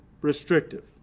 restrictive